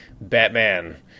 Batman